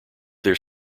their